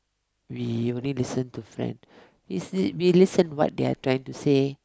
we only listen to friend is they we listen what they are trying to say